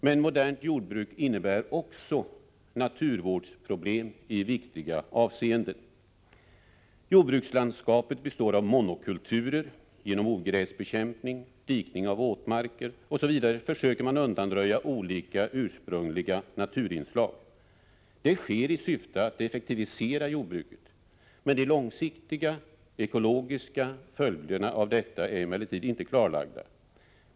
Men modernt jordbruk innebär också naturvårdsproblem i viktiga avseenden. Jordbrukslandskapet består av monokulturer. Genom ogräsbekämpning, dikning av våtmarker osv. försöker man undanröja olika ursprungliga naturinslag. Det sker i syfte att effektivisera jordbruket. De långsiktiga, ekologiska följderna av detta är emellertid inte klarlagda.